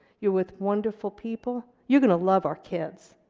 you're with wonderful people. you're going to love our kids.